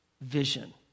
vision